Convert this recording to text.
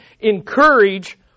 Encourage